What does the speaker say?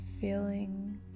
feeling